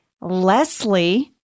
Leslie